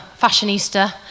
fashionista